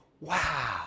wow